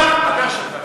חבר שלך.